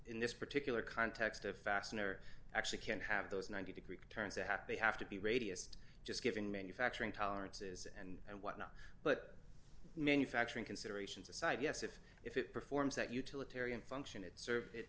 in this particular context of fastener actually can have those ninety degree turns a happy have to be radius to just giving manufacturing tolerances and whatnot but manufacturing considerations aside yes if it performs that utilitarian function it serves it